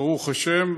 ברוך השם,